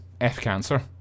F-Cancer